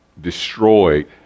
destroyed